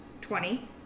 Twenty